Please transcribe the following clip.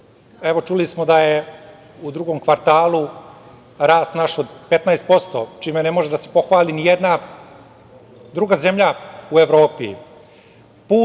Čuli smo da je u drugom kvartalu rast naš od 15%, čime ne može da se pohvali nijedna druga zemlja u Evropi,